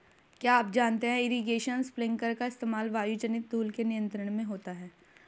क्या आप जानते है इरीगेशन स्पिंकलर का इस्तेमाल वायुजनित धूल के नियंत्रण में होता है?